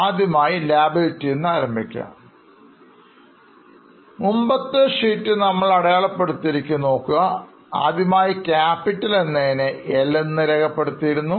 ആദ്യമായി Liabilities നിന്നും ആരംഭിക്കാം മുമ്പത്തെ ഷീറ്റിൽ നമ്മൾ അടയാളപ്പെടുത്തിയിരിക്കുന്നത് നോക്കുക ആദ്യമായി Capital അതിനെ L എന്ന് രേഖപ്പെടുത്തിയിരുന്നു